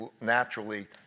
naturally